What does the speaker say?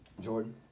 Jordan